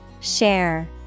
Share